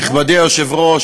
נכבדי היושב-ראש,